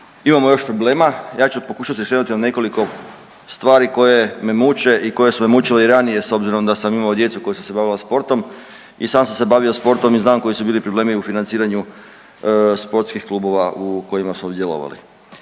Imamo još problema. Ja ću pokušati skrenuti na nekoliko stvari koje me muče i koje su me mučile i ranije s obzirom da sam imao djecu koja su se bavila sportom. I sam sam se bavio sportom i znam koji su bili problemi u financiranju sportskih klubova u kojima … /ne